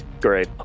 Great